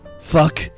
Fuck